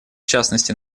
частности